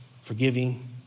forgiving